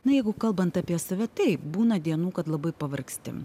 na jeigu kalbant apie save taip būna dienų kad labai pavargsti